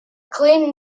clean